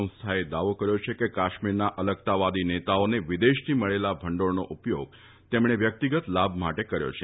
સંસ્થાએ દાવો કર્યો છે કે કાશ્મીરના અલગતાવાદી નેતાઓને વિદેશથી મળેલા ભંડોળનો ઉપયોગ તેમણે વ્યરેક્તગત લાભ માટે કર્યો છે